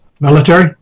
Military